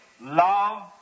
love